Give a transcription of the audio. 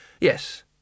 yes